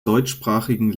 deutschsprachigen